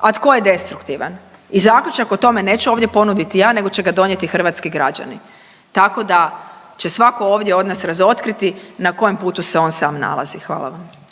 a tko je destruktivan. I zaključak o tome neću ovdje ponuditi ja nego će ga donijeti hrvatski građani. Tako da će svatko ovdje od nas razotkriti na kojem putu se on sam nalazi. Hvala vam.